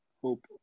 hope